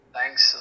Thanks